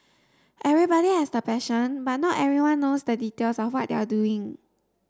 everybody has the passion but not everyone knows the details of what they are doing